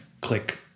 click